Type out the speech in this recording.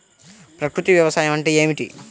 ప్రకృతి వ్యవసాయం అంటే ఏమిటి?